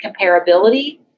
comparability